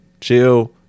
chill